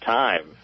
time